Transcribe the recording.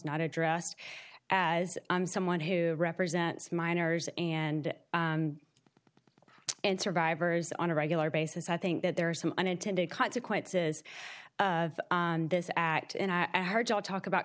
not addressed as someone who represents minors and and survivors on a regular basis i think that there are some unintended consequences of this act and i heard all talk about